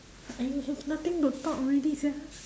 !aiyo! have nothing to talk already sia